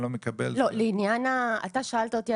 אני לא מקבל זה --- אתה שאלת אותי,